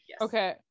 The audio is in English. okay